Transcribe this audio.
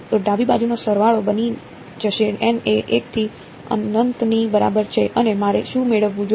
તો ડાબી બાજુનો સરવાળો બની જશે n એ 1 થી અનંતની બરાબર છે અને મારે શું મેળવવું જોઈએ